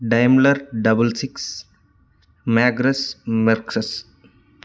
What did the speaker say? Daimler double six Magnus Mercedes